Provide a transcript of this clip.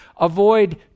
avoid